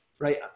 right